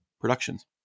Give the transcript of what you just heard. productions